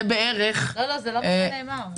זה לא מה שנאמר.